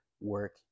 work